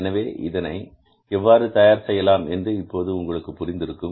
எனவே இதனை எவ்வாறு தயார் செய்யலாம் என்று உங்களுக்கு இப்போது புரிந்திருக்கும்